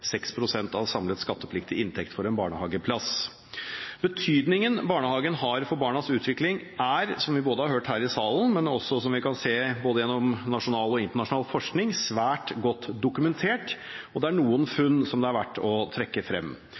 pst. av samlet skattepliktig inntekt for en barnehageplass. Betydningen som barnehagen har for barnas utvikling, er – som vi har hørt her i salen, men som vi også kan se gjennom både nasjonal og internasjonal forskning – svært godt dokumentert, og det er noen funn som det er verdt å trekke frem: